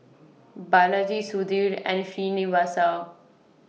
Balaji Sudhir and Srinivasa